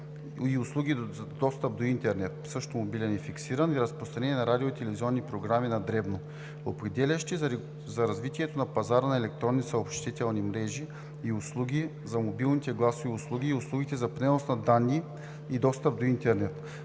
и услуги за достъп до интернет, също мобилен и фиксиран, и разпространение на радио- и телевизионни програми на дребно, определящи за развитието на пазара на електронните и съобщителните мрежи и услуги за мобилните гласови услуги, и услугите за пренос на данни и достъп до интернет.